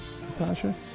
Natasha